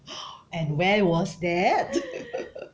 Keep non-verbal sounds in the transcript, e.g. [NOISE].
[NOISE] and where was that [NOISE]